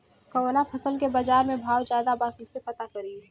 कवना फसल के बाजार में भाव ज्यादा बा कैसे पता करि?